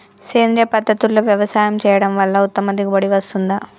సేంద్రీయ పద్ధతుల్లో వ్యవసాయం చేయడం వల్ల ఉత్తమ దిగుబడి వస్తుందా?